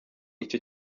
icyo